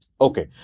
Okay